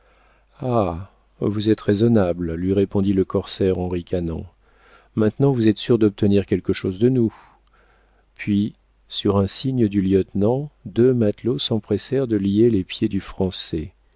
ah vous êtes raisonnable lui répondit le corsaire en ricanant maintenant vous êtes sûr d'obtenir quelque chose de nous puis sur un signe du lieutenant deux matelots s'empressèrent de lier les pieds du français